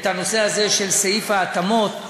את הנושא הזה של סעיף ההתאמות,